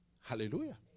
hallelujah